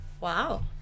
Wow